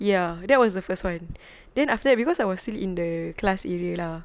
ya that was the first one then after that cause I was still in the class area lah